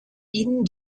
ihnen